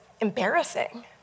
embarrassing